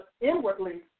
inwardly